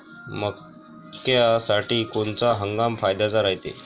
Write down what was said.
मक्क्यासाठी कोनचा हंगाम फायद्याचा रायते?